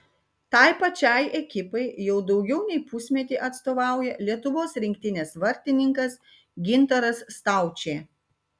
tai pačiai ekipai jau daugiau nei pusmetį atstovauja lietuvos rinktinės vartininkas gintaras staučė